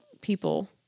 people